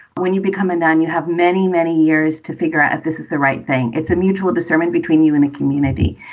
when you become a nun, you have many, many years to figure out if this is the right thing. it's a mutual, the sermon between you and a community.